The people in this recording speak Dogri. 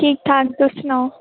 ठीक ठाक तुस सनाओ